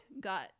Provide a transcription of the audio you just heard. got